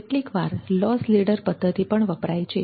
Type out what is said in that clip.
કેટલીકવાર loss leader પદ્ધતિ પણ વપરાય છે